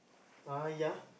uh ya